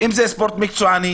אם זה ספורט מקצועני